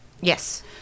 Yes